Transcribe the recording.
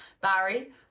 Barry